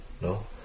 no